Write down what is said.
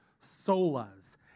solas